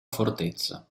fortezza